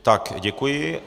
Tak děkuji.